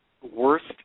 worst